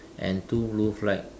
and two blue flag